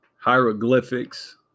hieroglyphics